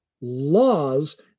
laws